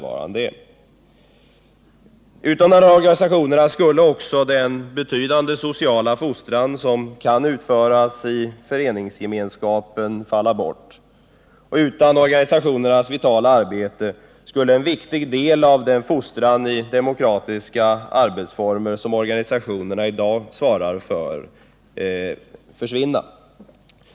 Utan dessa organisationers insats skulle den betydande sociala fostran som kan utföras i föreningsgemenskapen falla bort, och utan organisationernas vitala arbete skulle en viktig del av den fostran i demokratiska arbetsformer som organisationerna i dag svarar för försvinna.